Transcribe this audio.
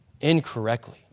incorrectly